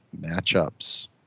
matchups